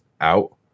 out